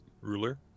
ruler